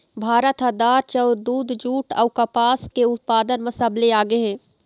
भारत ह दार, चाउर, दूद, जूट अऊ कपास के उत्पादन म सबले आगे हे